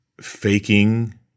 faking